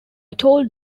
told